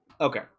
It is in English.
Okay